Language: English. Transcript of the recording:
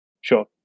Sure